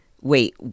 wait